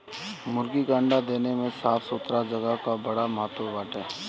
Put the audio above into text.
मुर्गी के अंडा देले में साफ़ सुथरा जगह कअ बड़ा महत्व बाटे